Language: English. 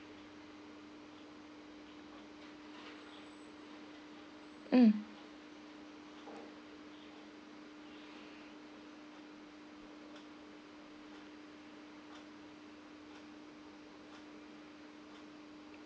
mm